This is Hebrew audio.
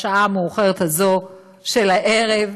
בשעה המאוחרת הזאת של הערב,